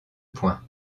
points